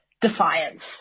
defiance